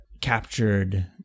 captured